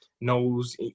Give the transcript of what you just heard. knows